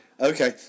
Okay